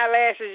eyelashes